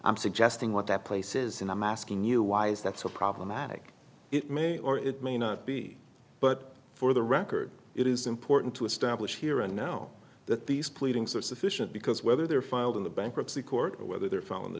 i'm suggesting what that places and i'm asking you why is that so problematic it may or it may not be but for the record it is important to establish here and now that these pleadings are sufficient because whether they're filed in the bankruptcy court or whether they are found in the